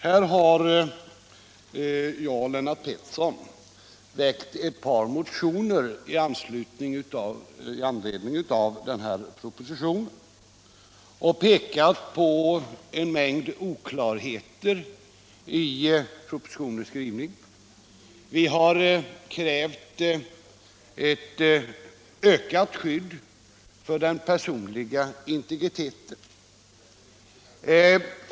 Lennart Petterson och jag har väckt ett par motioner i anslutning till propositionen och i dessa pekat på en mängd oklarheter i propositionens skrivning. Vi har krävt ett ökat skydd för den personliga integriteten.